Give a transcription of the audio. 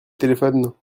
téléphone